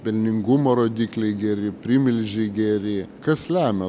pelningumo rodikliai geri primilžiai geri kas lemia